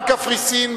גם קפריסין,